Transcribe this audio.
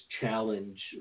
challenge